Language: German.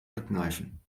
verkneifen